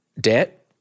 debt